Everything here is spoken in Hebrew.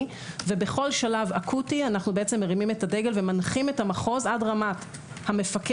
ובכל שלב אקוטי אנחנו מרימים את הדגל ומנחים את המחוז עד רמת המפקח,